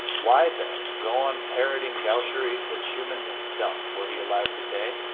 why, then, go on parroting gaucheries that schumann himself, were he alive today,